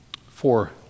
Four